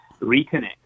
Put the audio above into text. reconnect